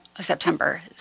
September